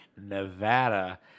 Nevada